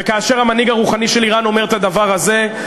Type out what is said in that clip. וכאשר המנהיג הרוחני של איראן אומר את הדבר הזה,